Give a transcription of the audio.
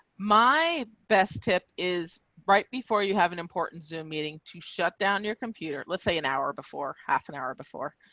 my best tip is right before you have an important zoom meeting to shut down your computer, let's say an hour before half an hour before